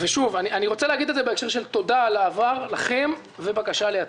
שאני רוצה להגיד לכם אותו בהקשר של תודה על העבר ובקשה לעתיד.